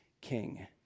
king